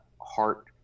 heart